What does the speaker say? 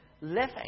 living